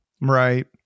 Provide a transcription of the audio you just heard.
Right